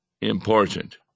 important